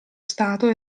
stato